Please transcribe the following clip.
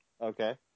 Okay